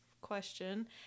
question